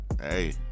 Hey